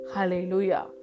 Hallelujah